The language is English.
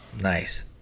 Nice